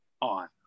on